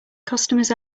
customers